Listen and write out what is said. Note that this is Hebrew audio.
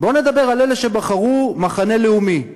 בואו נדבר על אלה שבחרו מחנה לאומי,